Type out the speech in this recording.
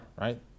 right